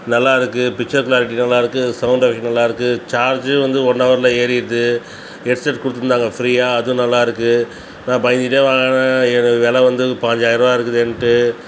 நல்லாருக்குது picture clarity நல்லாருக்குது sound effect நல்லாருக்குது சார்ஜூம் வந்து ஒன்னவர்ல ஏறிடுது ஹெட்செட் கொடுத்துருந்தாங்க ஃப்ரியாக அதுவும் நல்லாருக்குது நான் பயந்துகிட்டே வாங்கின இதோட விலை வந்து பாஞ்சாயிரூபா இருக்குதேன்ட்டு